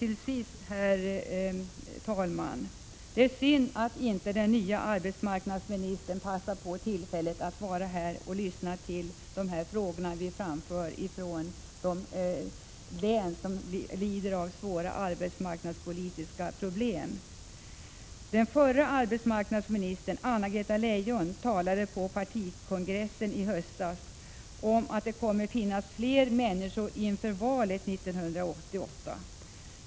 Till sist, herr talman: Det är synd att inte den nya arbetsmarknadsministern passar på tillfället att vara här och lyssna på de frågor vi framför från de län som lider av svåra arbetsmarknadspolitiska problem. Den förra arbetsmarknadsministern Anna-Greta Leijon talade på partikongressen i höstas om att det kommer att finnas fler människor inför valet 1988.